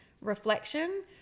reflection